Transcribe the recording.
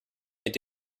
mit